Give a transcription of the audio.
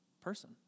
person